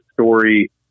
story